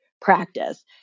practice